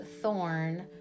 thorn